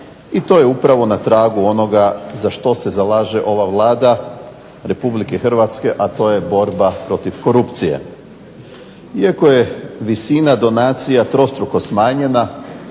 i to je upravo na tragu onoga za što se zalaže ova Vlada Republike Hrvatske, a to je borba protiv korupcije. Iako je visina donacija trostruko smanjena